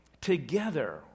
together